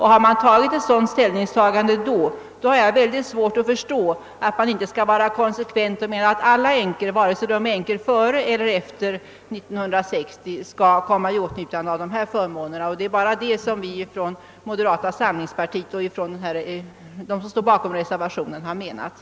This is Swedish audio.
Har man gjort ett sådant ställningstagande då, kan jag inte förstå varför man inte skall vara konsekvent och tycka att alla änkor, vare sig de blivit änkor före eller efter år 1960, skall komma i åtnjutande av dessa förmåner. Det är bara det som vi ifrån moderata samlingspartiet som står bakom reservationen har avsett.